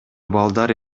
балдар